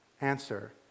Answer